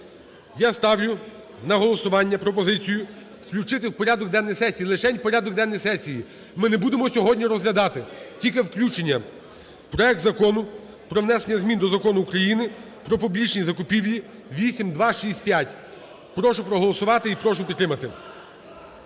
Я ставлю на голосування пропозицію включити в порядок денний сесії, лишень порядок денний сесії. Ми не будемо сьогодні розглядати, тільки включення проект Закону про внесення змін до Закону України "Про публічні закупівлі" (8265). Прошу проголосувати і прошу підтримати.